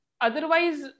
otherwise